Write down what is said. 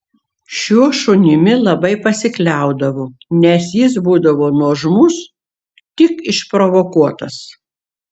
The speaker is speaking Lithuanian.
šiuo šunimi labai pasikliaudavo nes jis būdavo nuožmus tik išprovokuotas